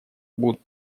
будут